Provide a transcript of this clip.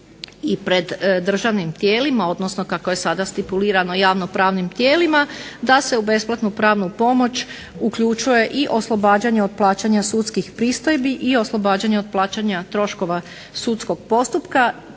i pred državnim tijelima, odnosno kako je sada stipulirano javno-pravnim tijelima, da se u besplatnu pravnu pomoć uključuje i oslobađanje od plaćanja sudskih pristojbi i oslobađanje od plaćanja troškova sudskog postupka